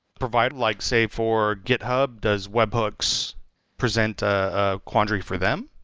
provided like say for github does webhooks present a quandary for them?